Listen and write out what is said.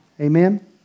Amen